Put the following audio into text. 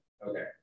Okay